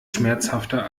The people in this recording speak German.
schmerzhafter